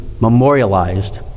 memorialized